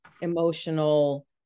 emotional